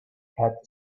had